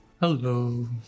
Hello